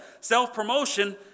self-promotion